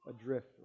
adrift